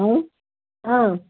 ହଁ ହଁ